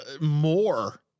more